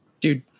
dude